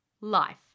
life